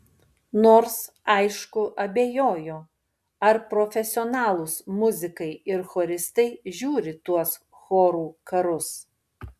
nors aišku abejoju ar profesionalūs muzikai ir choristai žiūri tuos chorų karus